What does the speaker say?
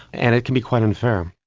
and it can be quite unfair.